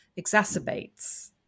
exacerbates